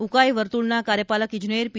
ઉકાઇ વર્તુળના કાર્યપાલક ઇજનેર પી